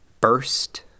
burst